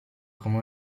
come